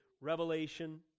Revelation